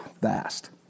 vast